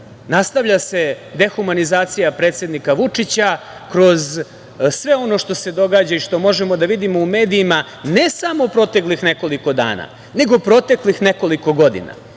nastavlja se dehumanizacija predsednika Vučića kroz sve ono što se događa i što možemo da vidimo u medijima, ne samo proteklih nekoliko dana, nego proteklih nekoliko godina. Mi